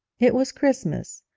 it was christmas,